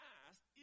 asked